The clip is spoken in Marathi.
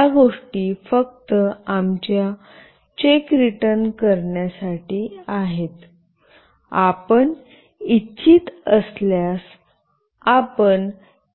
या गोष्टी फक्त आमच्या चेक रिटन करण्यासाठी आहेत आपण इच्छित असल्यास आपण